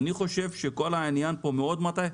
אני חושב שכל העניין פה מאוד מטעה,